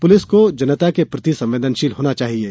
police को जनता के प्रति संवेदनशील होना चाहियें